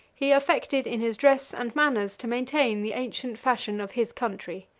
he affected in his dress and manners to maintain the ancient fashion of his country.